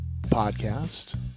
podcast